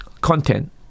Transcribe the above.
content